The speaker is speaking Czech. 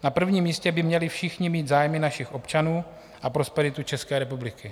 Na prvním místě by měli všichni mít zájmy našich občanů a prosperitu České republiky.